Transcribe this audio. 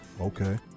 Okay